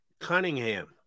Cunningham